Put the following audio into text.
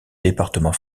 département